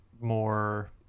more